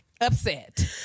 upset